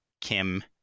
Kim